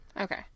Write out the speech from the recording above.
Okay